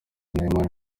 nahimana